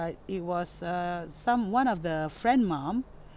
uh it was err some one of the friend mom